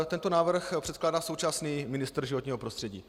Tento návrh předkládá současný ministr životního prostředí.